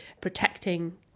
protecting